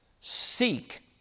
Seek